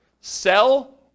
sell